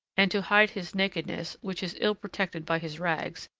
and, to hide his nakedness, which is ill protected by his rags,